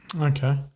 okay